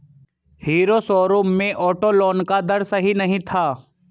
hero showroom में auto loan का दर सही नहीं था